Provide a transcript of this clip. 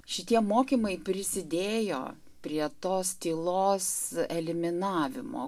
šitie mokymai prisidėjo prie tos tylos eliminavimo